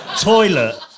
Toilet